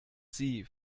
sie